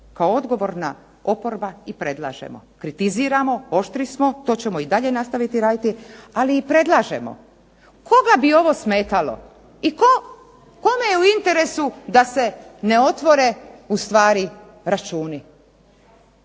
Kao odgovorna oporba i predlažemo, kritiziramo, oštri smo to ćemo i dalje nastaviti raditi ali i predlažemo koga bi ovo smetalo i kome je u interesu da se ne otvore ustvari računi?